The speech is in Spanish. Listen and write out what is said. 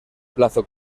plazo